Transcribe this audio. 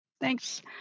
Thanks